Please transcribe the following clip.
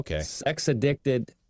sex-addicted